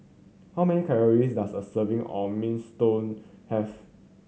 how many calories does a serving of Minestrone have